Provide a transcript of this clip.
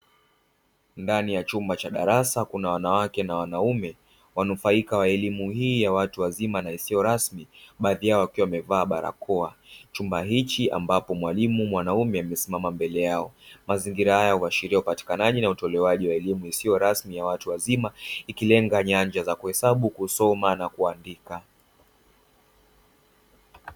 Ndani ya chumba cha darasa kuna wanawake na wanaume, wanufaika wa elimu hii ya watu wazima na isio rasmi. Baadhi yao wakiwa wamevaa barakoa, chumba hichi ambapo mwalimu mwanamume amesimama mbele yao. Mazingira haya huashiria upatikanaji na utolewaji wa elimu isio rasmi ya watu wazima ikilenga nyanja za; kuhesabu, kusoma na kuandika.